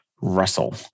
Russell